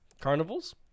Carnivals